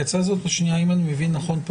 אם אני מבין נכון,